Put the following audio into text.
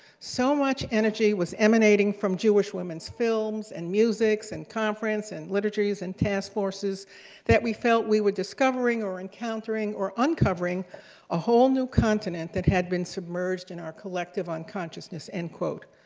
so much energy was emanating from jewish women's films and musics and conference and liturgies and taskforces that we felt we were discovering or encountering or uncovering a whole new continent that had been submerged in our collective unconsciousness, end quote.